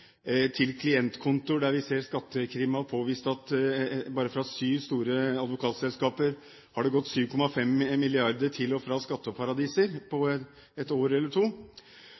der vi ser at Skattekrim har påvist at det bare fra syv store advokatselskaper har gått 7,5 mrd. kr til og fra skatteparadiser på et år eller to.